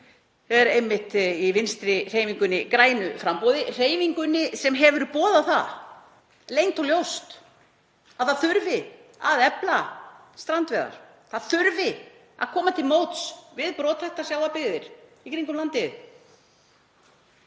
einmitt í Vinstrihreyfingunni – grænu framboði, hreyfingunni sem hefur boðað það leynt og ljóst að það þurfi að efla strandveiðar, það þurfi að koma til móts við brothættar sjávarbyggðir í kringum landið.